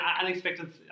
unexpected